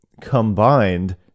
combined